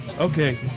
Okay